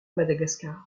madagascar